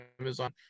amazon